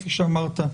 כפי שאמרת,